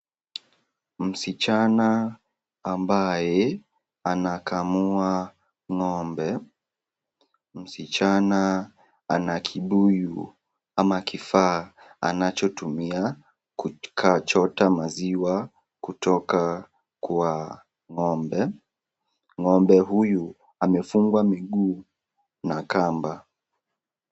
Msichana ambaye anakamua ng'ombe msichna ana kibuyu ama kifaa anachotumia kuchota maziwa kutoka kwa ng'ombe ng'ombe huyu amefungwa mguu na kamba .